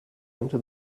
into